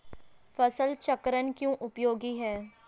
फसल चक्रण क्यों उपयोगी है?